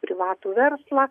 privatų verslą